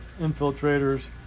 infiltrators